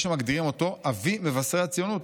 יש המגדירים אותו אבי מבשרי הציונות,